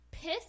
Piss